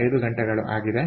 5 ಗಂಟೆಗಳು ಆಗಿದೆ